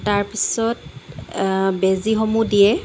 তাৰপিছত বেজীসমূহ দিয়ে